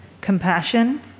compassion